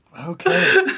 Okay